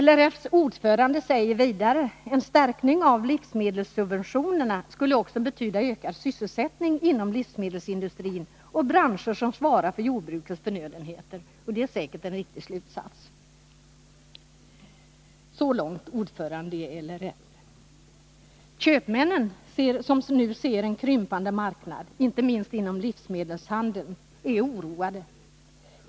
LRF:s ordförande säger vidare: En stärkning av livsmedelssubventionerna skulle också betyda ökad s' er som svarar för jordbrukets förnödenheter. — Det är säkert en riktig slutsats. Så långt ordföranden i LRF. Köpmännen, som nu ser en krympande marknad, inte minst inom livsmedelshandeln, är oroade.